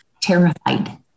Terrified